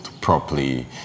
properly